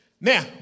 Now